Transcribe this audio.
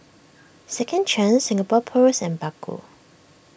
Second Chance Singapore Post and Baggu